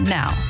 now